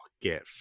Get